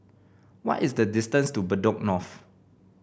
what is the distance to Bedok North